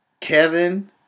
Kevin